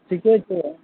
ठीके छै